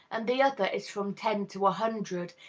and the other is from ten to a hundred,